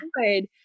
good